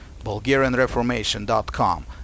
BulgarianReformation.com